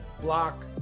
block